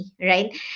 right